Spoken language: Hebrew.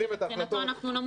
מבחינתו אנחנו נמות מחר בבוקר.